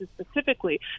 specifically